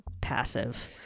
passive